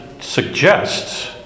suggests